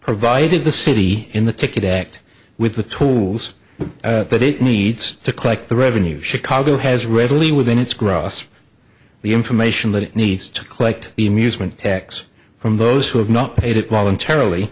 provided the city in the ticket act with the tools that it needs to collect the revenue chicago has readily within its grasp the information that it needs to collect the amusement tax from those who have not paid it